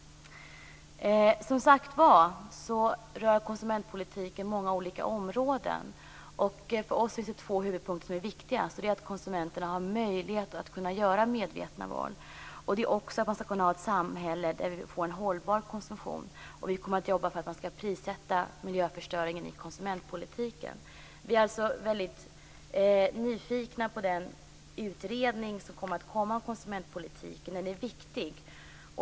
Som sagt var rör konsumentpolitiken många olika områden. För oss är det två huvudpunkter som är viktigast. Det är att konsumenterna har möjlighet att kunna göra medvetna val och att man skall kunna ha ett samhälle där vi får en hållbar konsumtion. Vi kommer att jobba för att man skall prissätta miljöförstöringen i miljöpolitiken. Vi är alltså väldigt nyfikna på den utredning om konsumentpolitiken som kommer att komma. Den är viktig.